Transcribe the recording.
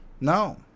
no